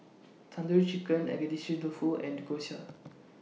Tandoori Chicken Agedashi Dofu and Gyoza